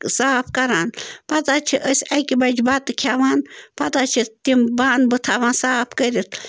صاف کَران پتہٕ حظ چھِ أسۍ اَکہِ بَجہِ بَتہٕ کھٮ۪وان پَتہٕ حظ چھِ تِم بانہٕ بہٕ تھاوان صاف کٔرِتھ